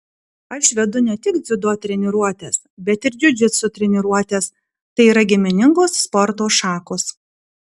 aš vedu ne tik dziudo treniruotes bet ir džiudžitsu treniruotes tai yra giminingos sporto šakos